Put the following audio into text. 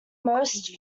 most